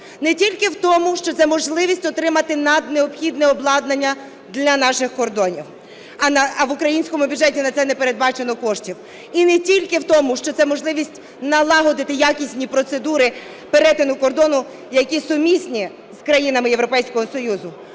не тільки в тому, що це можливість отримати наднеобхідне обладнання для наших кордонів, а в українському бюджеті на це не передбачено коштів. І не тільки в тому, що це можливість налагодити якісні процедури перетину кордону, які сумісні з країнами Європейського Союзу.